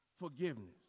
forgiveness